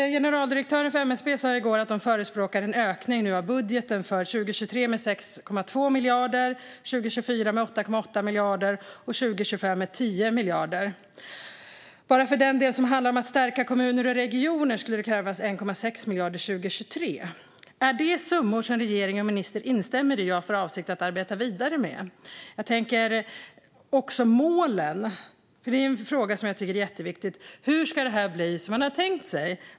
Generaldirektören för MSB sa i går att man förespråkar en ökning av budgeten för 2023 med 6,2 miljarder, för 2024 med 8,8 miljarder och för 2025 med 10 miljarder. Bara för den del som handlar om att stärka kommuner och regioner skulle det krävas 1,6 miljarder 2023. Är detta summor som regeringen och ministern ställer sig bakom och har för avsikt att arbeta vidare med? Jag tänker också på målen. Det är en fråga som jag tycker är jätteviktig. Hur ska detta bli som man har tänkt sig?